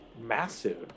massive